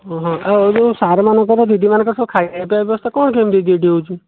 ଓହୋ ଆଉ ଯେଉଁ ସାରେମାନଙ୍କର ଦିଦିମାନଙ୍କର ସବୁ ଖାଇବାପିଇବା ବ୍ୟବସ୍ଥା କ'ଣ କେମିତି ଏଇଠି ହେଉଛି